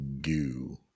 goo